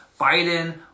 Biden